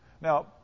Now